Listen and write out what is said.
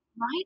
right